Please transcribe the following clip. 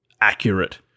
accurate